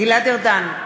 נגד גלעד ארדן,